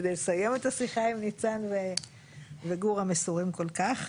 כדי לסיים את השיחה עם ניצן וגור המסורים כל כך.